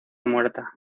muerta